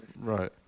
right